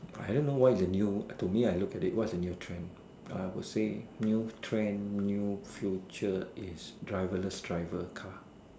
I don't know what is the new to me I look at is what is the new trend I would say new trend new future is driver less driver car